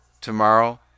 tomorrow